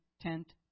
tent